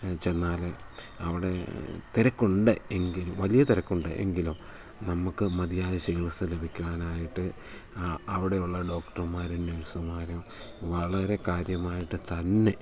ചെന്നാൽ അവിടെ തിരക്കുണ്ട് എങ്കിലും വലിയ തിരക്കുണ്ട് എങ്കിലും നമുക്ക് മതിയായ ചികിത്സ ലഭിക്കാനായിട്ട് അവിടെയുള്ള ഡോക്ടർമാരും നേഴ്സുമാരും വളരെ കാര്യമായിട്ട് തന്നെ